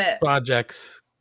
projects